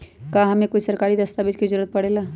का हमे कोई सरकारी दस्तावेज के भी जरूरत परे ला?